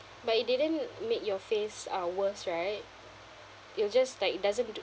but it didn't make your face uh worse right it will just like it doesn't do